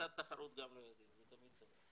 וקצת תחרות גם לא יזיק, זה תמיד טוב.